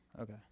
okay